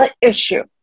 issue